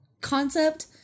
concept